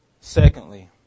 Secondly